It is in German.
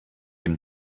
dem